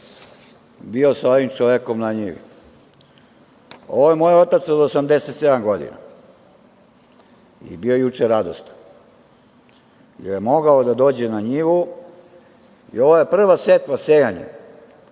bio sa ovim čovekom na njivi. Ovo je moj otac od 87. godina i bio je juče radostan, jer je mogao da dođe na njivu, i ovo je prva setva sejanja,